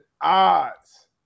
Odds